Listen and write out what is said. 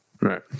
Right